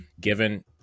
given